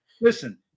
Listen